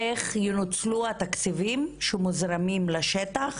איך ינוצלו התקציבים שמוזרמים לשטח